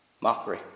Mockery